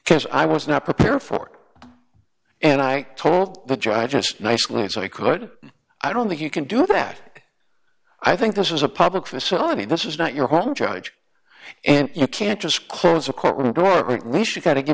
because i was not prepared for and i told the judge i just nicely as i could i don't think you can do that i think this is a public facility this is not your home judge and you can't just close the courtroom door at least you got to give